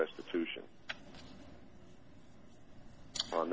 restitution on